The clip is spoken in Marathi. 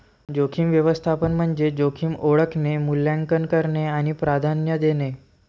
जोखीम व्यवस्थापन म्हणजे जोखीम ओळखणे, मूल्यांकन करणे आणि प्राधान्य देणे